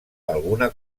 alguna